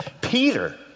Peter